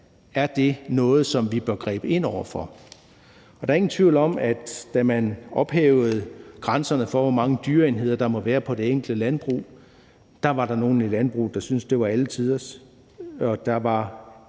noget, som vi bør gribe ind over for? Der er ingen tvivl om, at da man ophævede grænserne for, hvor mange dyreenheder der må være på det enkelte landbrug, var der nogle i landbruget, der syntes, at det var alle tiders, mens der var